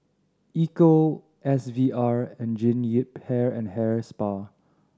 Ecco S V R and Jean Yip Hair and Hair Spa